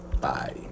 bye